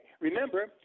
Remember